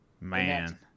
Man